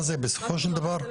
אני מבקש תשובות יותר